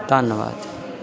ਧੰਨਵਾਦ